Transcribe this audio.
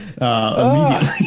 immediately